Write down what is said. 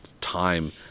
time